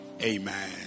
Amen